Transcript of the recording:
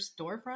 storefront